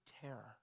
terror